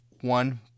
one